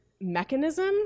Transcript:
mechanism